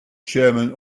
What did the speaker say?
chairman